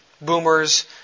boomers